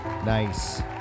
Nice